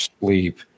sleep